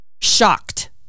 Shocked